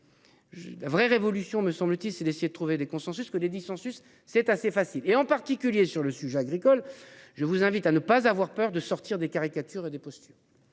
Vrai révolution me semble-t-il, c'est d'essayer de trouver des consensus que les 10 suce. C'est assez facile et en particulier sur le sujet agricole. Je vous invite à ne pas avoir peur de sortir des caricatures et des postures.